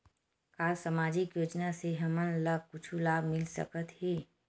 का सामाजिक योजना से हमन ला कुछु लाभ मिल सकत हे?